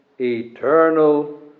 eternal